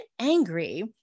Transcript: angry